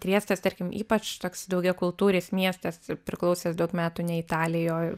triestas tarkim ypač toks daugiakultūris miestas ir priklausęs daug metų ne italijai o